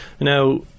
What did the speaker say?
Now